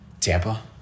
Tampa